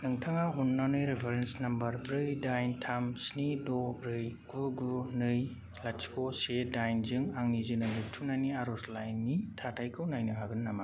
नोंथाङा अन्नानै reference number ब्रै दाइन थाम स्नि द' ब्रै गु गु नै लाथिख' से दाइनजों आंनि जोनोम रेबथुमनायनि आर'जलाइनि थाथाइखौ नायनो हागोन नामा